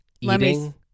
eating